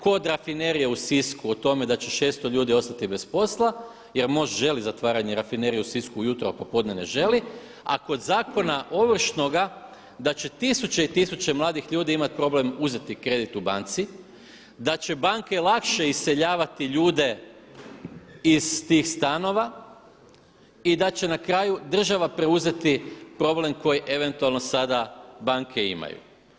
Kod rafinerije u Sisku o tome da će 600 ljudi ostati bez posla jer MOST želi zatvaranje rafinerije u Sisku ujutro, a popodne ne želi a kod Zakona ovršnoga da će tisuće i tisuće mladih ljudi imati problem uzeti kredit u banci, da će banke lakše iseljavati ljude iz tih stanova i da će na kraju država preuzeti problem koji eventualno sada banke imaju.